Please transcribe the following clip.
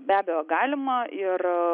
be abejo galima ir